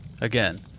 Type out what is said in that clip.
Again